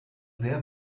sehr